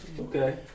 Okay